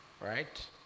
right